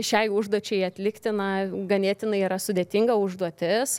šiai užduočiai atlikti na ganėtinai yra sudėtinga užduotis